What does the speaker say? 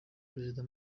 perezida